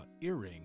earring